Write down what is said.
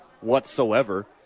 whatsoever